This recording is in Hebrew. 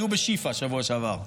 היו בשיפא בשבוע שעבר.